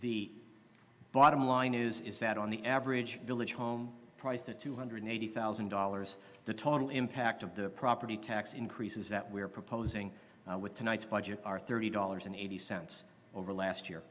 the bottom line is is that on the average village home price that two hundred eighty thousand dollars the total impact of the property tax increases that we're proposing with tonight's budget are thirty dollars and eighty cents over last year